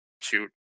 shoot